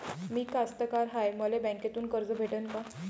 मी कास्तकार हाय, मले बँकेतून कर्ज भेटन का?